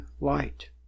light